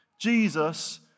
Jesus